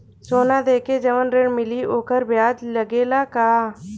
सोना देके जवन ऋण मिली वोकर ब्याज लगेला का?